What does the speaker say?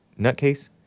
nutcase